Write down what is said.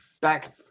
back